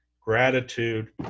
gratitude